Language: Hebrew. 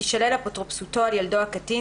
תישלל אפוטרופסותו על ילדו הקטין,